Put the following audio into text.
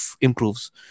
improves